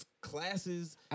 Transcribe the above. classes